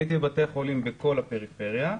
הייתי בבתי חולים בכל הפריפריה.